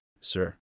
sir